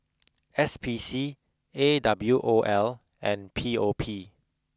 S P C A W O L and P O P